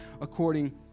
according